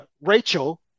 Rachel